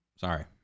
sorry